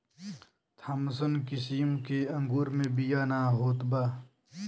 Thompson किसिम के अंगूर मे बिया ना होत बा